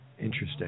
Interesting